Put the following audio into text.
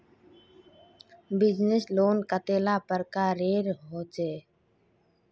Business loan कतेला प्रकारेर होचे?